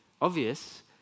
obvious